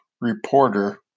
reporter